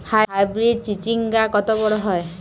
Hybrid চিচিংঙ্গা কত বড় হয়?